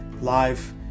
live